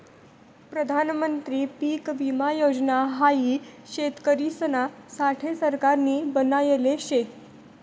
प्रधानमंत्री पीक विमा योजना हाई शेतकरिसना साठे सरकारनी बनायले शे